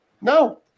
No